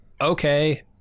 Okay